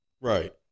Right